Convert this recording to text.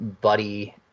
buddy